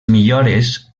millores